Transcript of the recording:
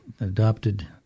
adopted